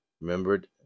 remembered